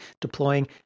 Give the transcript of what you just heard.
deploying